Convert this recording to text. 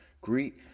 Greet